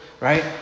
Right